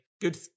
good